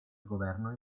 governo